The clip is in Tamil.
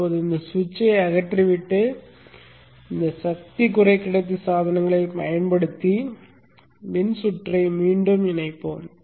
இப்போது இந்த சுவிட்சை அகற்றிவிட்டு இந்த சக்தி குறைக்கடத்தி சாதனங்களைப் பயன்படுத்தி மின்சுற்றை மீண்டும் இணைப்போம்